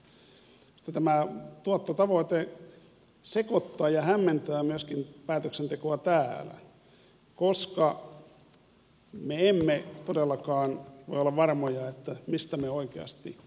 tämä tuottotavoite sekoittaa ja hämmentää myöskin päätöksentekoa täällä koska me emme todellakaan voi olla varmoja mistä me oikeasti päätämme